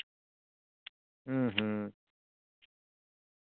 ᱦᱩᱸ ᱦᱩᱸ